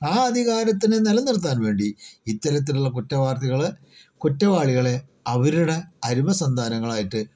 ആ അധികാരത്തിനെ നിലനിർത്താൻ വേണ്ടി ഇത്തരത്തിലുള്ള കുറ്റവാളികളെ കുറ്റവാളികളെ അവരുടെ അരുമസന്താനങ്ങളായിട്ട്